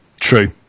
True